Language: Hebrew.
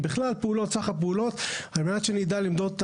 בכלל סך הפעולות על מנת שנדע למדוד את